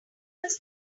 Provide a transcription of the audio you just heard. must